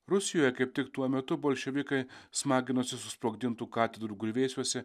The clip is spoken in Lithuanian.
rusijoje kaip tik tuo metu bolševikai smaginosi susprogdintų katedrų griuvėsiuose